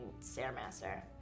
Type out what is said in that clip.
Stairmaster